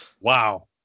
Wow